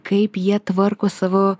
kaip jie tvarko savo